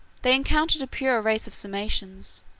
they encountered a purer race of sarmatians,